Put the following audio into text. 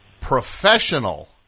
Professional